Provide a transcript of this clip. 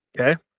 okay